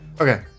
Okay